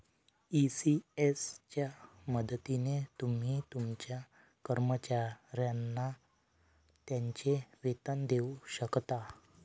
ECS च्या मदतीने तुम्ही तुमच्या कर्मचाऱ्यांना त्यांचे वेतन देऊ शकता